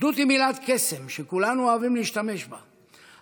אחדות היא מילת קסם שכולנו אוהבים להשתמש בה,